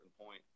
point